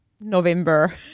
November